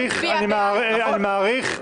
נכון,